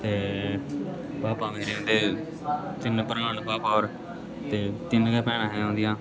ते पापा मेरे उं'दे तीन भ्राऽ न पापा होर ते तिन गै भैना हियां उंदिया